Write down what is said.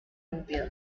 olvido